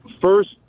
first